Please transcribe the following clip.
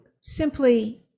simply